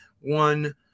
one